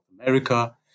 America